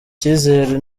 icyizere